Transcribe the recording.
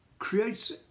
creates